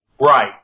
Right